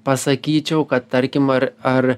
pasakyčiau kad tarkim ar ar